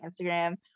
Instagram